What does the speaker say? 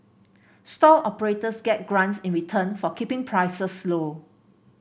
stall operators get grants in return for keeping prices low